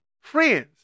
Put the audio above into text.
friends